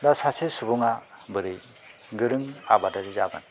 दा सासे सुबुङा बोरै गोरों आबादारि जागोन